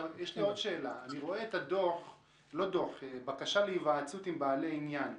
יש לי עוד שאלה: אני רואה את הבקשה להיוועצות עם בעלי עניין,